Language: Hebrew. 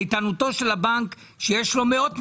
איתנותו של הבנק שיש לו מאות מיליארדים,